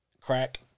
crack